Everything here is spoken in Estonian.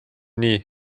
nii